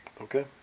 Okay